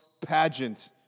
pageant